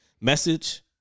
Message